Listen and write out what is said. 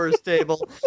Table